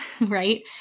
right